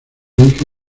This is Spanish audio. hija